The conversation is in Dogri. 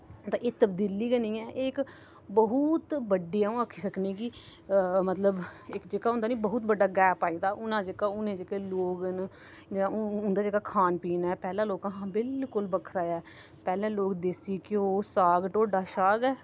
ते एह् तब्दिली गै निं ऐ एह् इक बौह्त बड्डी आ'ऊं आक्खी सकनी कि मतलव इक जेह्का होंदा निं बहुत बड्डा गैप आई दा उनें जेह्के लोक न जां उंदा जेह्का खान पीन ऐ पैह्ले लोकें हां बिलकुल बखरा ऐ पैह्ले लोक देसी घ्यो साग टोडा छा गै